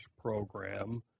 program